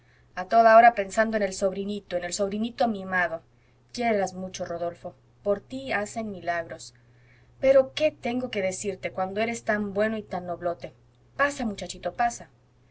a toda hora pensando en el sobrinito en el sobrinito mimado quiérelas mucho rodolfo por tí hacen milagros pero qué tengo que decirte cuando eres tan bueno y tan noblote pasa muchachito pasa